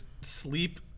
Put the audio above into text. sleep